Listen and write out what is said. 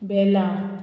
बेला